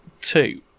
two